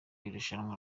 irushanwa